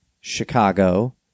Chicago